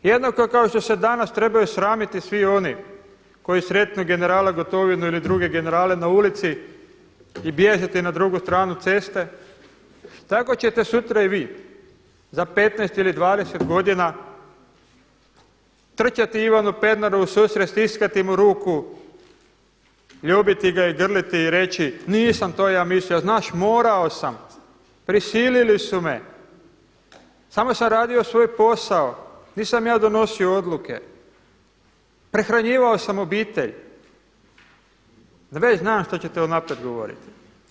Jednako kao što se danas trebaju sramiti svi oni koji sretnu generala Gotovinu ili druge generale na ulici i bježati na drugu stranu ceste tako ćete sutra i vi za 15 ili 20 godina trčati Ivanu Pernaru u susret, stiskati mu ruku, ljubiti ga i grliti i reći nisam to ja mislio znaš morao sam prisilili su me samo sam radio svoj posao nisam ja donosio odluke prehranjivao sam obitelj, već znam što ćete unaprijed govoriti.